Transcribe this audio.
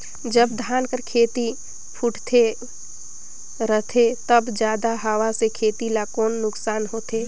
जब धान कर खेती फुटथे रहथे तब जादा हवा से खेती ला कौन नुकसान होथे?